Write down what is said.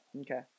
Okay